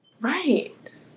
Right